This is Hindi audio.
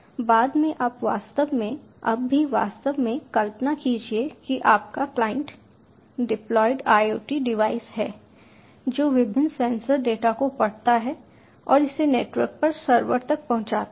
बाद में आप वास्तव में अब ही वास्तव में कल्पना कीजिए कि आपका क्लाइंट डिप्लॉयड IoT डिवाइस है जो विभिन्न सेंसर डेटा को पढ़ता है और इसे नेटवर्क पर सर्वर तक पहुंचाता है